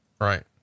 Right